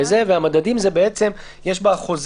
ה"נוכל